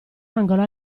angolo